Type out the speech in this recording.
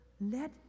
let